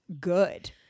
good